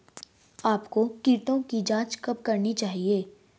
आपको कीटों की जांच कब करनी चाहिए?